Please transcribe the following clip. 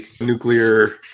nuclear